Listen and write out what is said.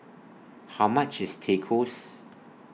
How much IS Tacos